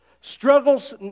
Struggles